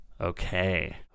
Okay